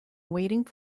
waiting